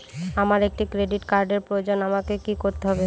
আমার একটি ক্রেডিট কার্ডের প্রয়োজন আমাকে কি করতে হবে?